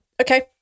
Okay